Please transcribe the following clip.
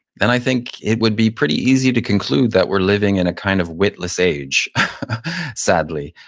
then i think it would be pretty easy to conclude that we're living in a kind of witless age sadly.